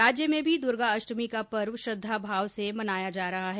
राज्य में भी दूर्गा अष्टमी का पर्व श्रद्धा भाव से मनाया जा रहा है